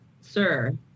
sir